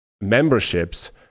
memberships